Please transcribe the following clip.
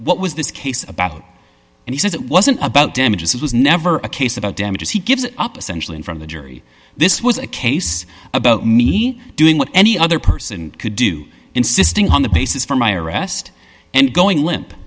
what was this case about and he says it wasn't about damages it was never a case about damages he gives up essential in from the jury this was a case about me doing what any other person could do insisting on the basis for my arrest and going limp